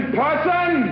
person